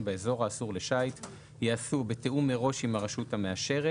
באזור האסור לשיט ייעשו בתיאום מראש עם הרשות המאשרת